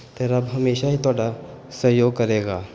ਅਤੇ ਰੱਬ ਹਮੇਸ਼ਾਂ ਹੀ ਤੁਹਾਡਾ ਸਹਿਯੋਗ ਕਰੇਗਾ